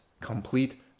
complete